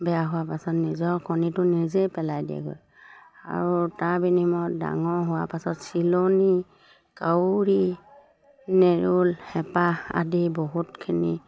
বেয়া হোৱাৰ পাছত নিজৰ কণীটো নিজেই পেলাই দিয়েগৈ আৰু তাৰ বিনিময়ত ডাঙৰ হোৱা পাছত চিলনী কাউৰী নেউল হেপা আদি বহুতখিনি